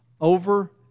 over